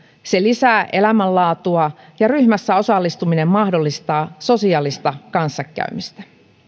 se lisää elämänlaatua ja ryhmässä osallistuminen mahdollistaa sosiaalista kanssakäymistä